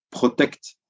protect